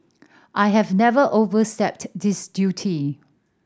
I have never overstepped this duty